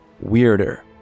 weirder